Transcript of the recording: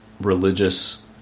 religious